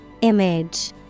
Image